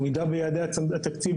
עמידה ביעדי התקציב,